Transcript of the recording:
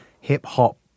hip-hop